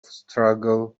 struggle